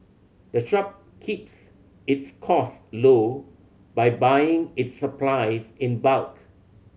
the shop keeps its costs low by buying its supplies in bulk